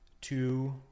Two